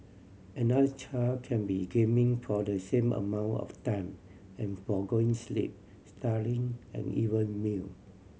another child can be gaming for the same amount of time and forgoing sleep studying and even meal